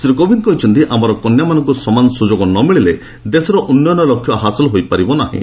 ଶ୍ରୀ କୋବିନ୍ଦ କହିଛନ୍ତି ଆମର କନ୍ୟାମାନଙ୍କୁ ସମାନ ସୁଯୋଗ ନ ମିଳିଲେ ଦେଶର ଉନ୍ନୟନ ଲକ୍ଷ୍ୟ ହାସଲ ହୋଇପାରିବ ନାହିଁ